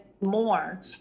more